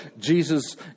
Jesus